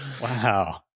wow